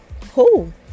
cool